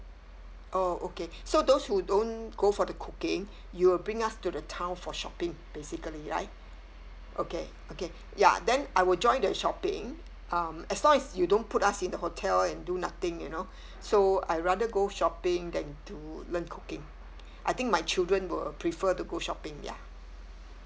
orh okay so those who don't go for the cooking you'll bring us to the town for shopping basically right okay okay ya then I will join the shopping um as long as you don't put us in the hotel and do nothing you know so I rather go shopping than to learn cooking I think my children will prefer to go shopping ya